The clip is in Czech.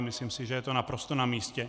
Myslím, že je to naprosto namístě.